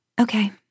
Okay